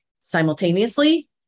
simultaneously